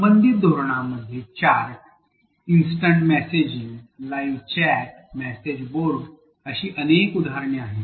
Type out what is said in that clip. संबंधित धोरणांमद्धे chart instant messaging live chats message board अशी अनेक उदाहरणे आहेत